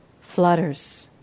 flutters